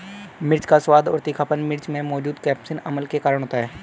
मिर्च का स्वाद और तीखापन मिर्च में मौजूद कप्सिसिन अम्ल के कारण होता है